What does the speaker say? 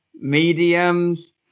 mediums